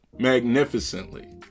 magnificently